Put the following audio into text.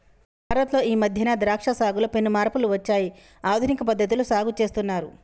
భారత్ లో ఈ మధ్యన ద్రాక్ష సాగులో పెను మార్పులు వచ్చాయి ఆధునిక పద్ధతిలో సాగు చేస్తున్నారు